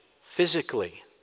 physically